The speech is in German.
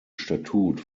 statut